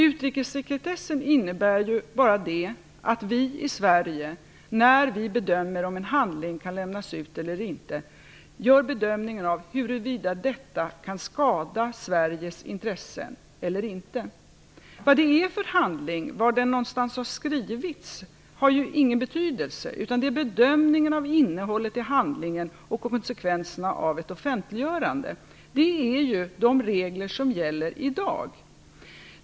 Utrikessekretessen innebär ju bara det att vi i Sverige, när vi bedömer om en handling kan lämnas ut eller inte, gör en bedömning av huruvida detta kan skada Sveriges intressen eller inte. Vad det är för handling, var någonstans den har skrivits, har ingen betydelse, utan det är fråga om bedömningen av innehållet i handlingen och konsekvenserna av ett offentliggörande. Det är de regler som gäller i dag.